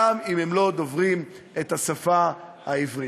גם אם הם לא דוברים את השפה העברית.